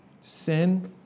Sin